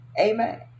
Amen